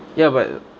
ya but